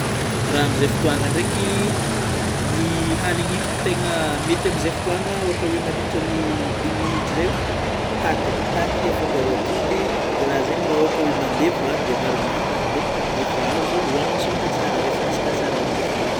Raha amin'izay fotôagna ndreiky; ny hanina hitako tena mety amin'izay fotôagna, ôhatra oe mandritry ny dimy minitra zeo, paty paty afangaro atody, ny raha zegny raha ohatry oe mandevy ragno de avarugna agna paty dia efa azo ohanina somatsara, rehefa masaka tsara izy amin'izay fotôagna